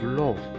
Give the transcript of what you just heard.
love